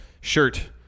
shirt